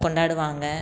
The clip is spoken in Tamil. கொண்டாடுவாங்க